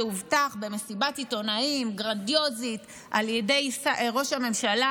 שהובטח במסיבת עיתונאים גרנדיוזית על ידי ראש הממשלה,